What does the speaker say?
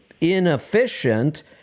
inefficient